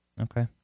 Okay